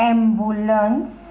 ambulance